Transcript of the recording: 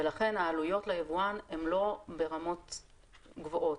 ולכן העלויות ליבואן הן לא ברמות גבוהות,